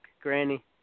Granny